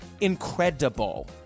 incredible